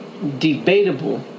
Debatable